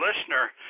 listener